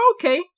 Okay